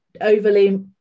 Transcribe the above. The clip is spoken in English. overly